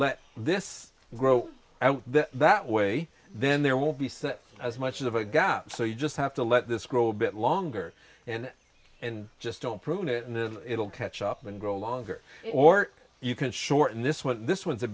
let this grow out that way then there will be as much of a gap so you just have to let this grow a bit longer and and just don't prune it and then it will catch up and grow longer or you can shorten this one this one's a